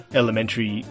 elementary